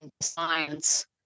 science